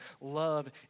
love